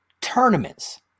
tournaments